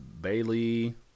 Bailey